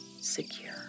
secure